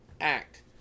act